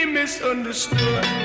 misunderstood